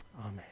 Amen